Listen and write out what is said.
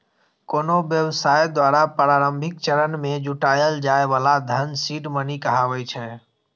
कोनो व्यवसाय द्वारा प्रारंभिक चरण मे जुटायल जाए बला धन सीड मनी कहाबै छै